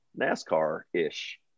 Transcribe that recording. NASCAR-ish